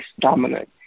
dominant